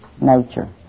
nature